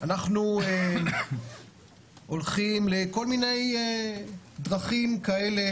אנחנו הולכים לכל מיני דרכים כאלה,